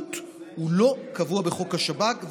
הבריאות לא קבוע בחוק השב"כ,